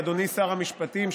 אדוני שר המשפטים,